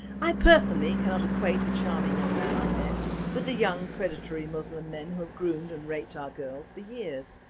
i personally cannot equate the charming young men i met with the young predatory muslim men who have groomed and raped our young girls for years.